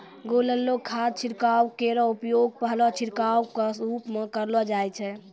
घोललो खाद छिड़काव केरो उपयोग पहलो छिड़काव क रूप म करलो जाय छै